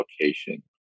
location